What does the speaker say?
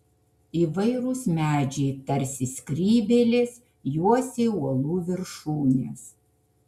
įvairūs medžiai tarsi skrybėlės juosė uolų viršūnes